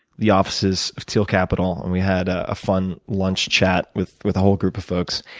the offices of teal capital, and we had a fun lunch chat with with a whole group of folks.